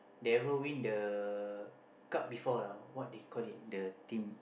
devil win the cup before lah what is call it the thing